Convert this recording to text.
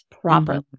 properly